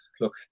look